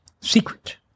secret